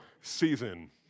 season